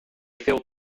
filled